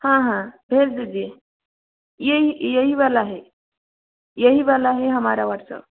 हाँ हाँ भेज दीजिए येही येही वाला है येही वाला है हमारा व्हाट्सअप